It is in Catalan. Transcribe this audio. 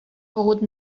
pogut